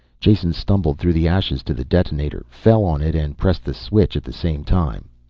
jason stumbled through the ashes to the detonator, fell on it and pressed the switch at the same time.